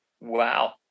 Wow